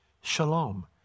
shalom